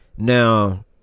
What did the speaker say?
Now